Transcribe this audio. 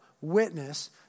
witness